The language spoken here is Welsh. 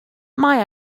mae